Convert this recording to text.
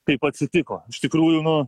kaip atsitiko iš tikrųjų nu